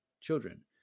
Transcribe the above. children